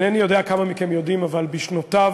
אינני יודע כמה מכם יודעים, אבל בשנותיו,